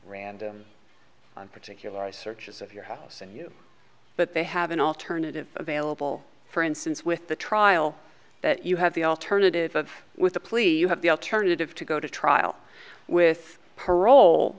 random particular i searches of your house and you but they have an alternative available for instance with the trial that you have the alternative of with the pleas you have the alternative to go to trial with parole